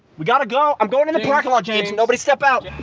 we gotta go. i'm going in the parking lot james, nobody step out